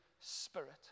spirit